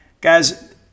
Guys